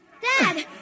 Dad